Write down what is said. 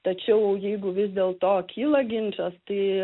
tačiau jeigu vis dėlto kyla ginčas tai